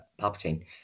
Palpatine